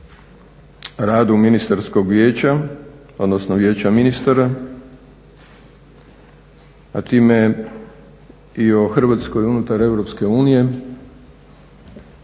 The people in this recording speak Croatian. radu Ministarskog vijeća odnosno Vijeća ministara, a time i o Hrvatskoj unutar Europske unije,